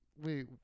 Wait